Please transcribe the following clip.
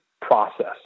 process